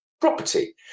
property